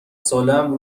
سالهام